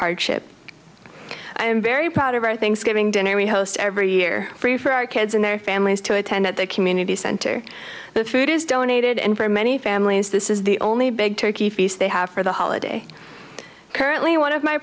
hardship i am very proud of our thanksgiving dinner we host every year free for our kids and their families to attend at the community center the food is donated and for many families this is the only big turkey feast they have for the holiday currently one of my